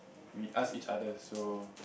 we ask each other so